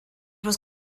was